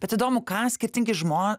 bet įdomu ką skirtingi žmo